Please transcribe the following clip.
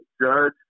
Judge